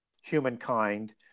humankind